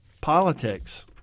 politics